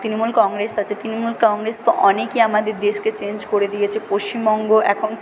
তৃণমূল কংগ্রেস আছে তৃণমূল কংগ্রেস তো অনেকই আমাদের দেশকে চেঞ্জ করে দিয়েছে পশ্চিমবঙ্গ এখন